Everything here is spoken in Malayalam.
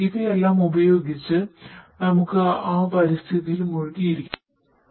ഇവയെല്ലാം ഉപയോഗിച്ച് നമുക്ക് ആ പരിസ്ഥിതിയിൽ മുഴുകിയിരിക്കാൻ സാധിക്കുന്നു